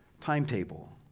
timetable